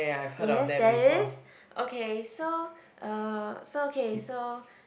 yes there is okay so uh so okay so